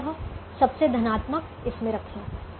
अतः सबसे धनात्मक इसमें रखें